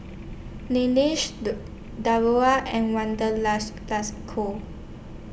Laneige Diadora and Wanderlust Plus Co